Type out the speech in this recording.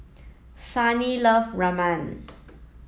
Sunny love Ramen